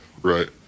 Right